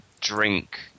drink